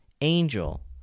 angel